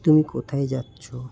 তুমি কোথায় যাচ্ছ